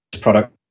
product